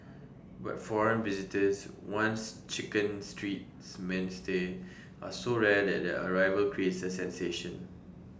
but foreign visitors once chicken Street's mainstay are so rare that their arrival creates A sensation